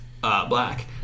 black